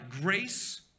grace